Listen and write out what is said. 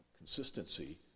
consistency